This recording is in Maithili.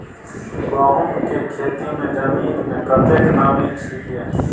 गहूम के खेती मे जमीन मे कतेक नमी ठीक ये?